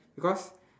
because